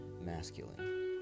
masculine